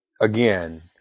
again